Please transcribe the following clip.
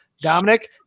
Dominic